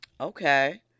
Okay